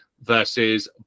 versus